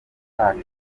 bacu